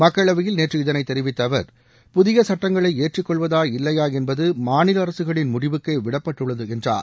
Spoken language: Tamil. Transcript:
மக்களவையில் நேற்று இதனைத் தெரிவித்த அவர் புதிய சட்டங்களை ஏற்றுக்கொள்வதா இல்லையா என்பது மாநில அரசுகளின் முடிவுக்கே விட்டுவிடப்பட்டது என்றார்